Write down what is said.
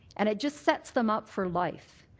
and it just sets them up for life.